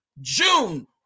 June